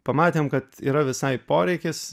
pamatėm kad yra visai poreikis